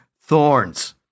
thorns